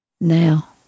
Now